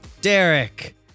Derek